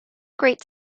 great